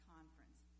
Conference